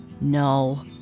No